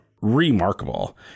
remarkable